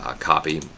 ah copy,